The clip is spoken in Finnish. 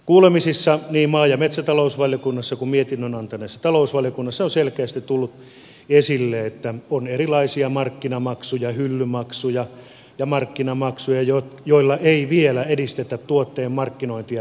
kuulemisissa niin maa ja metsätalousvaliokunnassa kuin mietinnön antaneessa talousvaliokunnassa on selkeästi tullut esille että on erilaisia hyllymaksuja ja markkinamaksuja joilla ei vielä edistetä tuotteen markkinointia millään tavoin